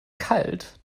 kalt